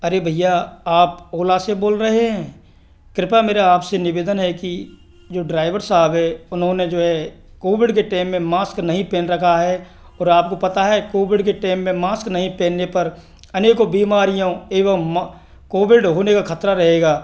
अरे भईया आप ओला से बोल रहे हैं कृपा मेरा आपसे निवेदन है कि जो ड्राइवर साहब है उन्होंने जो है कोविड के टेम में मास्क नहीं पहन रखा है और आपको पता है कोविड के टेम में मास्क नहीं पहनने पर अनेकों बीमारियों एवं कोविड होने का खतरा रहेगा